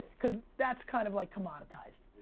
cause that's kind of like commoditized.